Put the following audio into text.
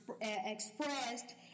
expressed